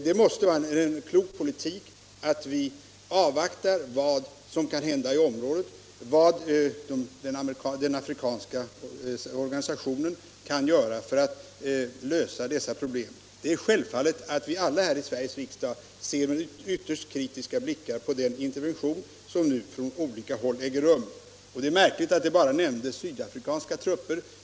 Det måste vara en klok politik att vi avvaktar vad som kan hända i området och vad den afrikanska organisationen kan göra för att lösa problemen. 51 Det är självfallet att vi alla här i Sveriges riksdag ser med ytterst kritiska blickar på den intervention som nu från olika håll äger rum. Det är märkligt att bara sydafrikanska trupper har nämnts.